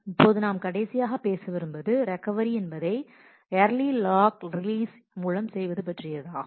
இப்போது நாம் கடைசி ஆக பேச விரும்புவது ரெக்கவரி என்பதை ஏர்லி லாக் ரிலீஸ் மூலம் செய்வது பற்றியதாகும்